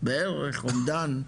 בערך, אומדן.